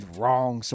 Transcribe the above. wrong